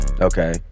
Okay